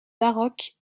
baroque